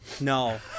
No